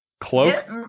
Cloak